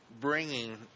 bringing